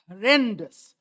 horrendous